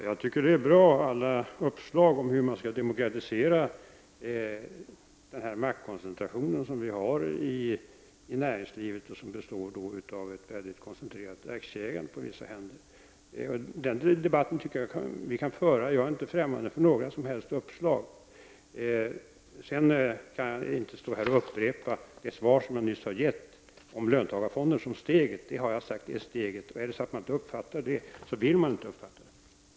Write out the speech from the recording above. Herr talman! Jag tycker att alla uppslag till hur man skall kunna demokratisera den maktkoncentration som vi har i näringslivet och som bygger på ett på vissa händer mycket koncentrerat aktieägande är bra. Jag tycker att vi kan föra den debatten, och jag är inte främmande för några som helst uppslag. Jag kan vidare inte upprepa det svar som jag nyss har gett om löntagarfonderna som steget. Jag har sagt att de är steget. Om man inte uppfattar det, vill man inte uppfatta det.